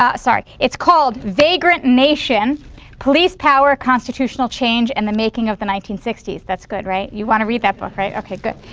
ah sorry it's called vagrant nation police power, constitutional change and the making of the nineteen sixty s. that's good, right? you want to read that book, right? okay, good,